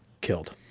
killed